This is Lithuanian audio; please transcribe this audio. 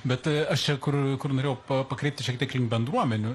bet aš čia kur kur norėjau pa pakreipti šiek tiek link bendruomenių